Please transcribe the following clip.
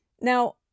Now